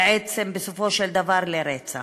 ובעצם בסופו של דבר, לרצח.